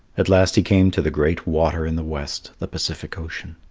at last he came to the great water in the west the pacific ocean.